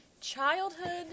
childhood